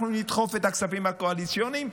אנחנו נדחוף את הכספים הקואליציוניים,